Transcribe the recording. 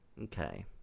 Okay